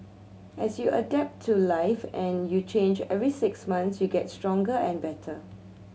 as you adapt to life and you change every six months you get stronger and better